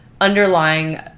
underlying